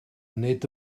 nid